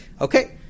Okay